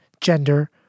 gender